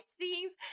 scenes